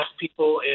people